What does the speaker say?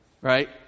Right